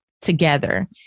together